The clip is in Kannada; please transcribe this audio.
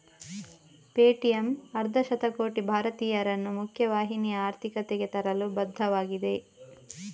ಪೇಟಿಎಮ್ ಅರ್ಧ ಶತಕೋಟಿ ಭಾರತೀಯರನ್ನು ಮುಖ್ಯ ವಾಹಿನಿಯ ಆರ್ಥಿಕತೆಗೆ ತರಲು ಬದ್ಧವಾಗಿದೆ